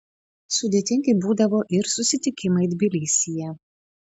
sudėtingi būdavo ir susitikimai tbilisyje